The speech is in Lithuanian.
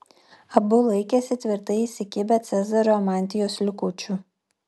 abu laikėsi tvirtai įsikibę cezario mantijos likučių